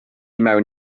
mewn